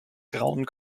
grauen